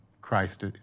Christ